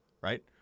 Right